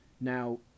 Now